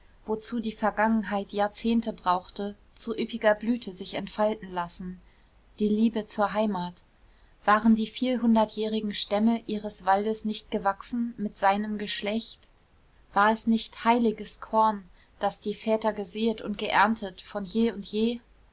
wozu die vergangenheit jahrzehnte brauchte zu üppiger blüte sich entfalten lassen die liebe zur heimat waren die vielhundertjährigen stämme ihres waldes nicht gewachsen mit seinem geschlecht war es nicht heiliges korn das die väter gesäet und geerntet von je und je